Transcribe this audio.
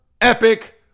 epic